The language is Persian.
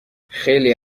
خیلی